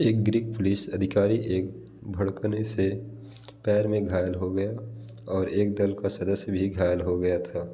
एक Greek police अधिकारी एक भड़कने से पैर में घायल हो गया और एक दल का सदस्य भी घायल हो गया था